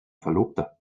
verlobter